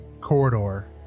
corridor